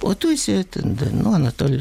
o tu esi ten ten nu anatolijus